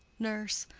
nurse.